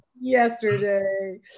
yesterday